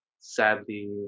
sadly